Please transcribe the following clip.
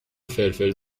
فلفل